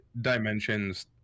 dimensions